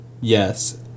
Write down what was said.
yes